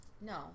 No